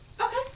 Okay